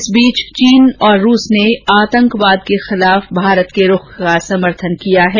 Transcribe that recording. इस बीच चीन और रूस ने आतंकवाद के खिलाफ भारत के रूख का समर्थन किया है